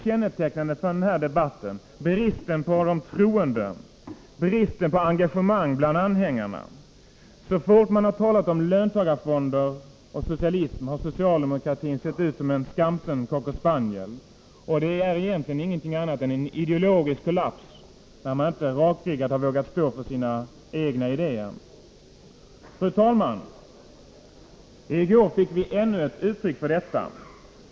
Kännetecknande för den här debatten är bristen på engagemang bland anhängarna. Så fort man har talat om löntagarfonder och socialism, har socialdemokratin sett ut som en skamsen cockerspaniel, och det är egentligen ingenting annat än en ideologisk kollaps när man inte rakryggat har vågat stå för sina idéer. Fru talman! I går fick vi ännu ett uttryck för detta.